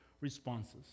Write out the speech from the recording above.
responses